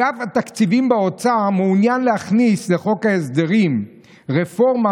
"אגף התקציבים באוצר מעוניין להכניס לחוק ההסדרים רפורמה